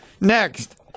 Next